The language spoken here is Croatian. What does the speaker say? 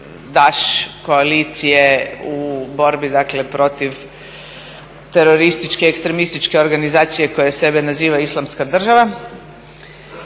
koalicije u borbi dakle protiv terorističke ekstremističke organizacije koja sebe naziva Islamska država